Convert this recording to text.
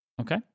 Okay